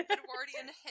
Edwardian